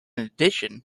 addition